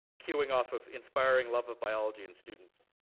cueing off of inspiring love of biology and students